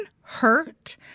hurt